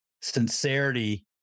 sincerity